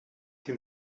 can